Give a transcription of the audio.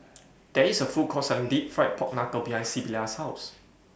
There IS A Food Court Selling Deep Fried Pork Knuckle behind Sybilla's House